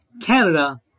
Canada